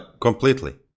completely